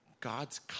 God's